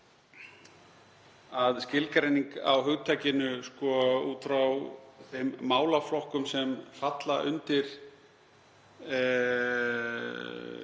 að skilgreining á hugtakinu, út frá þeim málaflokkum sem falla undir